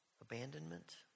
abandonment